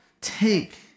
Take